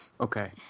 okay